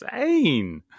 insane